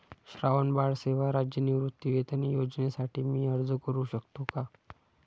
श्रावणबाळ सेवा राज्य निवृत्तीवेतन योजनेसाठी मी अर्ज करू शकतो का?